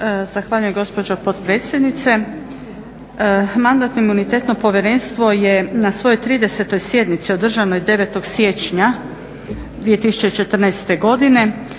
Zahvaljujem gospođo potpredsjednice. Mandatno-imunitetno povjerenstvo je na svojoj 30. sjednici održanoj 9. siječnja 2014. godine